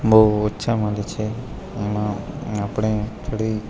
બહુ ઓછા મળે છે એમાં આપણે થોડી